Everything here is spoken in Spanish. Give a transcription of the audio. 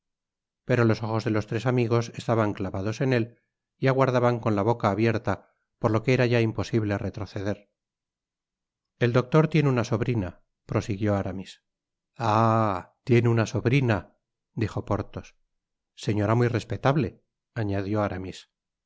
pero los ojos de los tres amigos estaban clavados en él y aguardaban con la boca abierta por lo que era ya imposible retroceder el doctor tiene una sobrina prosiguió aramis ah tiene una sobrina dijo porthos señora muy respetable añadió aramis los